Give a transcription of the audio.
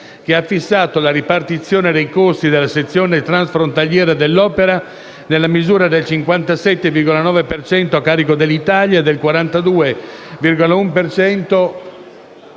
che ha fissato la ripartizione dei costi della sezione transfrontaliera dell'opera nella misura del 57,9 per cento a carico dell'Italia e del 42,1